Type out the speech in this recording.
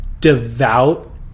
devout